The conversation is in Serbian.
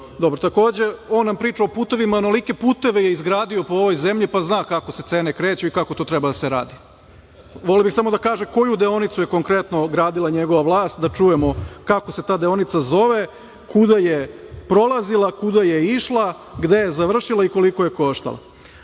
dobar. Takođe, on nam priča o putevima. Onolike puteve je izgradio po ovoj zemlji pa zna kako se cene kreću i kako to treba da se radi. Voleo bih samo da nam kaže koju deonicu je konkretno gradila njegova vlast, da čujemo kako se ta deonica zove, kuda je prolazila, kuda je išla, gde je završila i koliko je koštala. Kako